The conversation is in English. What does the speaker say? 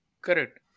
Correct